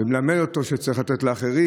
ומלמד אותו שצריך לתת לאחרים,